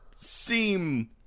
seem